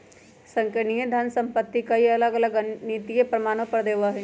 संगणकीय धन संपत्ति कई अलग अलग गणितीय प्रमाणों पर जो देवा हई